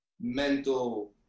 mental